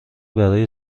برای